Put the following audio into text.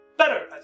Better